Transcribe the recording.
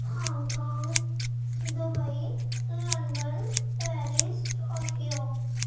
Hong Kong Dubai London Paris Tokyo